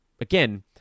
again